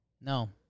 No